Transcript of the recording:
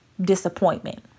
disappointment